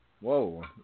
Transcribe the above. Whoa